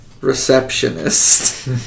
receptionist